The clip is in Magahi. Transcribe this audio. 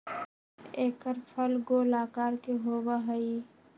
एकर फल गोल आकार के होबा हई